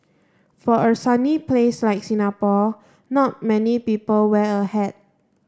for a sunny place like Singapore not many people wear a hat